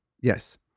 yes